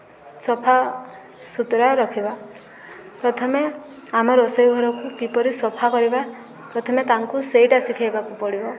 ସଫା ସୁତୁରା ରଖିବା ପ୍ରଥମେ ଆମ ରୋଷେଇ ଘରକୁ କିପରି ସଫା କରିବା ପ୍ରଥମେ ତାଙ୍କୁ ସେଇଟା ଶିଖେଇବାକୁ ପଡ଼ିବ